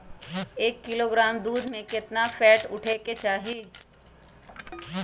एक किलोग्राम दूध में केतना फैट उठे के चाही?